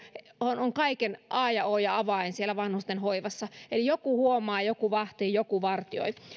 on ihan oikeasti kaiken a ja o ja avain vanhustenhoivassa että joku huomaa joku vahtii joku vartioi